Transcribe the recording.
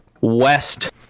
west